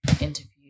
interview